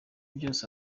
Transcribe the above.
byose